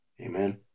Amen